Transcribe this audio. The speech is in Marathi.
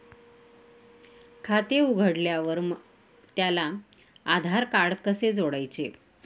खाते उघडल्यावर त्याला आधारकार्ड कसे जोडायचे?